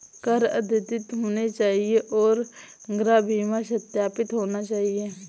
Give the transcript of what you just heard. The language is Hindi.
कर अद्यतित होने चाहिए और गृह बीमा सत्यापित होना चाहिए